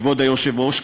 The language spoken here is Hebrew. כבוד היושב-ראש,